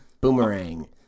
Boomerang